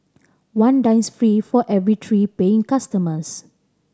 one dines free for every three paying customers